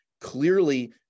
Clearly